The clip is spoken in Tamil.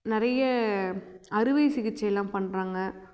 நிறைய அறுவை சிகிச்சையிலாம் பண்ணுறாங்க